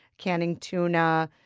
canning tuna,